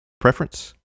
preference